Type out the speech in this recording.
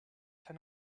ten